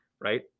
right